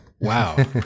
Wow